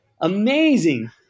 Amazing